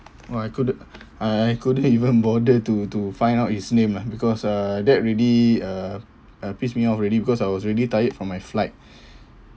!wah! I couldn't I I couldn't even bother to to find out his name lah because uh that really uh uh pissed me off already because I was already tired from my flight